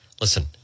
listen